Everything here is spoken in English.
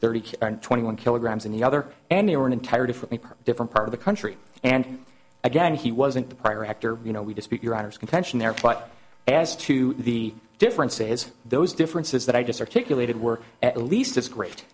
thirty twenty one kilograms in the other and they were an entire different different part of the country and again he wasn't the prior actor you know we dispute your honour's contention there but as to the differences those differences that i just articulated were at least as great